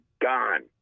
gone